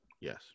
Yes